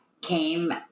came